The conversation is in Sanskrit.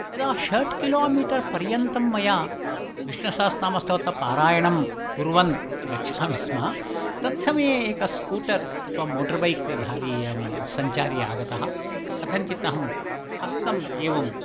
तदा षड्किलोमीटर् पर्यन्तं मया विष्णुसहस्रनस्तोत्रपारायणं कुर्वन् गच्छामि स्म तत्समये एक स्कूटर् अथवा मोटर्बैक् धारी सञ्चारी आगतः कथञ्चित् अहं हस्तम् एवम्